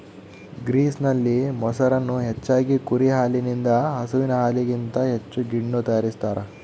ಗ್ರೀಸ್ನಲ್ಲಿ, ಮೊಸರನ್ನು ಹೆಚ್ಚಾಗಿ ಕುರಿ ಹಾಲಿನಿಂದ ಹಸುವಿನ ಹಾಲಿಗಿಂತ ಹೆಚ್ಚು ಗಿಣ್ಣು ತಯಾರಿಸ್ತಾರ